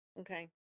Okay